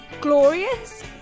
glorious